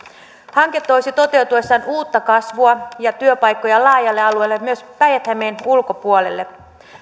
hanke toisi toteutuessaan uutta kasvua ja työpaikkoja laajalle alueelle myös päijät hämeen ulkopuolelle